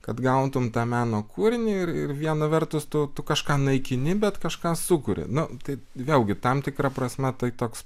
kad gautum tą meno kūrinį ir ir viena vertus tu tu kažką naikini bet kažką sukuri nu tai vėlgi tam tikra prasme tai toks